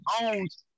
owns